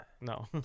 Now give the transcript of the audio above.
No